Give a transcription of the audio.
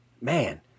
man